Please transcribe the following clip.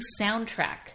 soundtrack